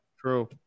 True